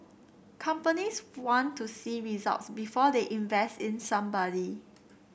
companies want to see results before they invest in somebody